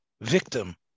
victim